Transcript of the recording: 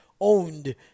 owned